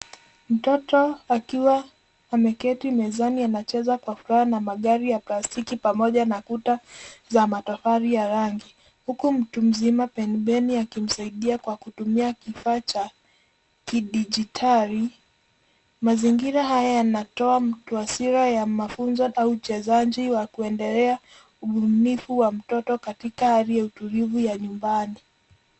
Mtoto akiwa ameketi mezani, anacheza kwa furaha na magari ya plastiki pamoja na kuta za matofali ya rangi, huku mtu mzima pembeni akimsaidia kwa kutumia kifaa cha kidijitali. Mazingira haya yanatoa taswira ya mafunzo au uchezaji wa kuendelea ubunifu wa mtoto katika hali ya utulivu ya nyumbani.